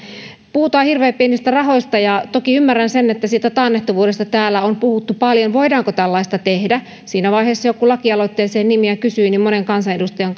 puhutaan hirveän pienistä rahoista ja toki ymmärrän sen että taannehtivuudesta täällä on puhuttu paljon voidaanko tällaista tehdä jo siinä vaiheessa kun lakialoitteeseen nimiä kysyin monen kansanedustajan